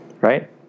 Right